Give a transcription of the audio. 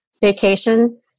vacation